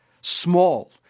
small